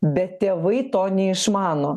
bet tėvai to neišmano